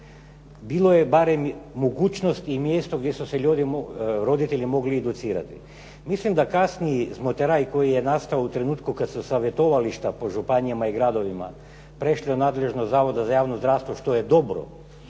bilo je barem mogućnosti i mjesto gdje su se roditelji mogli educirati. Mislim da kasniji smoteraj koji je nastao u trenutku kad su savjetovališta po županijama i gradovima prešli u nadležnost Zavoda za javno zdravstvo, što je dobro,